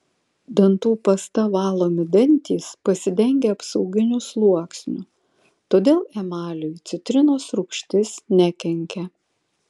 dantų pasta valomi dantys pasidengia apsauginiu sluoksniu todėl emaliui citrinos rūgštis nekenkia